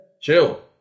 chill